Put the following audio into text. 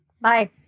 Bye